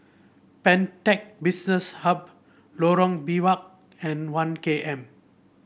Pantech Business Hub Lorong Biawak and One K M